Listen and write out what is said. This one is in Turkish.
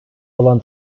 olan